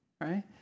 right